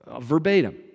verbatim